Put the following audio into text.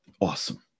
awesome